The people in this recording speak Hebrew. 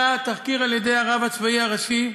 נערך תחקיר על-ידי הרב הצבאי הראשי,